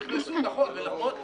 נכנסו, זה נכון.